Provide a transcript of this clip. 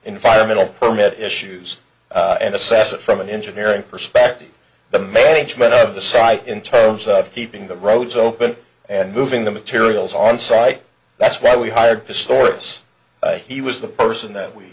environmental permit issues and assess it from an engineering perspective the main thread of the site in terms of keeping the roads open and moving the materials on site that's why we hired pistorius he was the person that we